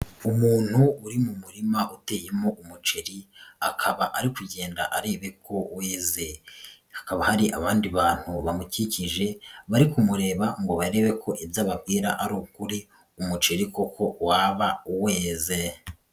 Umuntu uri mu murima uteyemo umuceri, akaba ari kugenda arebe ko weze. Hakaba hari abandi bantu bamukikije bari kumureba ngo barebe ko ibyo ababwira ari ukuri umuceri koko waba weze.